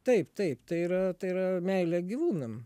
taip taip tai yra tai yra meilė gyvūnam